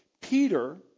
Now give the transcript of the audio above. Peter